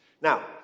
Now